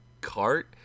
cart